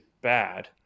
bad